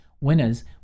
winners